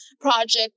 project